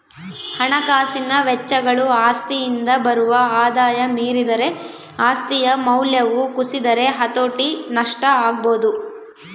ಹಣಕಾಸಿನ ವೆಚ್ಚಗಳು ಆಸ್ತಿಯಿಂದ ಬರುವ ಆದಾಯ ಮೀರಿದರೆ ಆಸ್ತಿಯ ಮೌಲ್ಯವು ಕುಸಿದರೆ ಹತೋಟಿ ನಷ್ಟ ಆಗಬೊದು